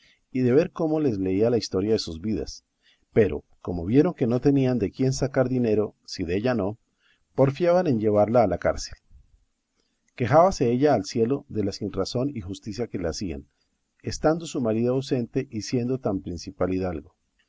y de ver cómo les leía la historia de sus vidas pero como vieron que no tenían de quién sacar dinero si della no porfiaban en llevarla a la cárcel quejábase ella al cielo de la sinrazón y justicia que la hacían estando su marido ausente y siendo tan principal hidalgo